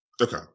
Okay